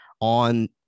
on